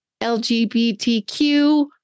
LGBTQ